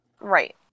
Right